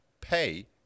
pay